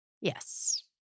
Yes